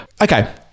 Okay